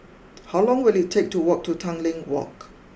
how long will it take to walk to Tanglin walk